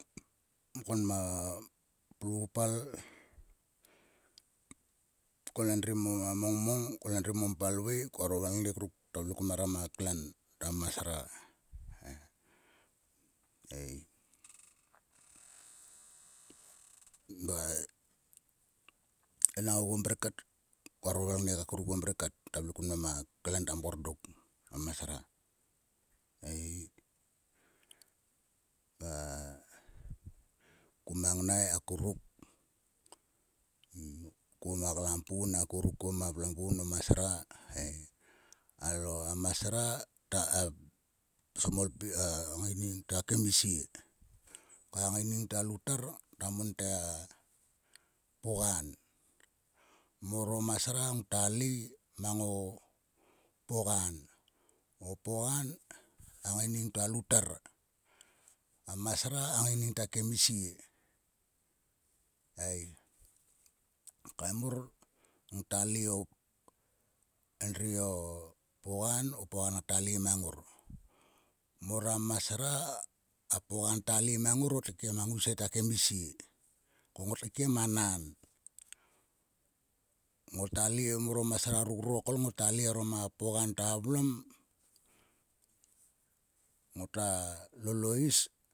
Mkon ma plopupal. kol endri mo ma mongmong. kol endri mo ma palvei. Koaro valngek ruk ngata vle ku perheram a klen ta a masraei. Va enang oguo mrek kat. koaro valngek akuruk oguo mrek kat. Ngat vle kun ma klen ta mkor dok a masra ei. Ku ma ngnai akuruk. kuo ma klampun akurukkuo ma klampun o masra. Alo a masra ta smol pi a ngaining to kemisie. Ko a ngaining to a loutar ngata mon te a pogan. Mor o masra ngota lei mo pogan. O pogan a ngaining to a loutar. A masra a ngaining ta kemisie ei. Okei mor ngta lei endri o pogan. o pogan ngata lei mang ngor. Mor a masra. a pogan ta lei mang ngor ngot keikiem a ngousie ta kemisie. Ko ngot keikiem a nan. Ngota lei. mor o masra ruk rurokol ngota lei orom a pogan ta a vlom. Ngota lol o is.